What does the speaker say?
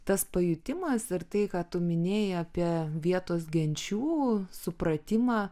tas pajutimas ir tai ką tu minėjai apie vietos genčių supratimą